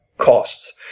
costs